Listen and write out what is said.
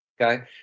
Okay